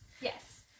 Yes